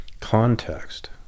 context